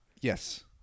Yes